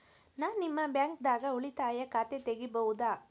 ನಾ ನಿಮ್ಮ ಬ್ಯಾಂಕ್ ದಾಗ ಉಳಿತಾಯ ಖಾತೆ ತೆಗಿಬಹುದ?